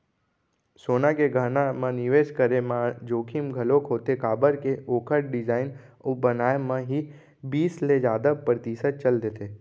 सोना के गहना म निवेस करे म जोखिम घलोक होथे काबर के ओखर डिजाइन अउ बनाए म ही बीस ले जादा परतिसत चल देथे